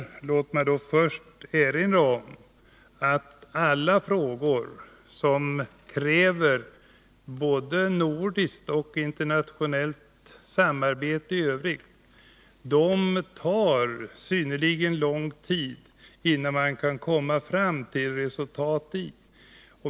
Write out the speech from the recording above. Först vill jag emellertid erinra om att det i alla frågor som kräver både nordiskt och internationellt samarbete tar synnerligen lång tid att komma fram till ett resultat.